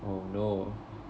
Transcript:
oh no